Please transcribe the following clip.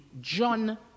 John